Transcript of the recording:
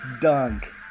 Dunk